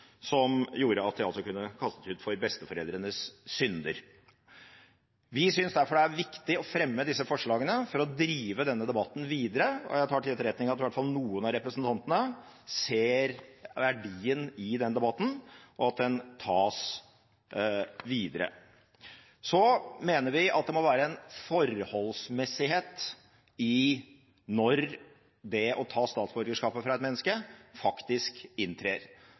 som gjorde at de altså kunne kastes ut for besteforeldrenes synder. Vi synes derfor det er viktig å fremme disse forslagene for å drive denne debatten videre, og jeg tar til etterretning at i hvert fall noen av representantene ser verdien i debatten og at den tas videre. Så mener vi at det må være forholdsmessighet når det å ta statsborgerskapet fra et menneske faktisk inntrer.